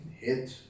hit